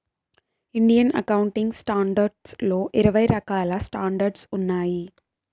Indian accounting standards లో ఇరవై రకాల స్టాండర్డ్స్ ఉన్నాయి